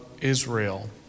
Israel